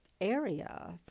area